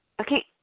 Okay